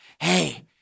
Hey